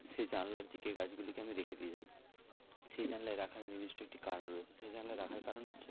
সে জানালার দিকে গাছগুলিকে আমি রেখে দিয়ে যাই সেই জানালায় রাখার নির্দিষ্ট একটি কারণ রয়েছে সেই জানালায় রাখার কারণ হচ্ছে